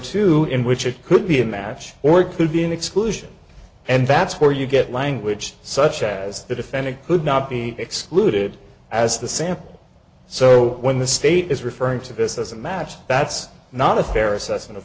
two in which it could be a match or could be an exclusion and that's where you get language such as the defendant could not be excluded as the sample so when the state is referring to this as a match that's not a fair assessment of